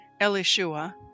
Elishua